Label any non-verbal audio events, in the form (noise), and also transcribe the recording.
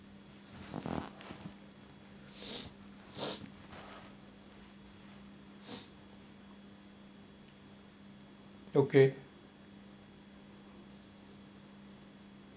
(breath) okay